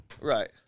Right